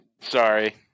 Sorry